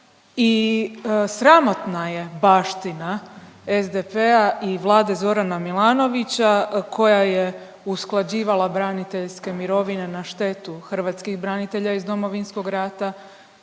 i sramotna je baština SDP-a i Vlade Zorana Milanovića koja je usklađivala braniteljske mirovine na štetu hrvatskih branitelja iz Domovinskog rata.